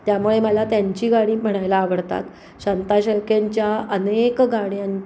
त्यामुळे मला त्यांची गाणी म्हणायला आवडतात शांता शेळक्यांच्या अनेक गाण्यां